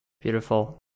Beautiful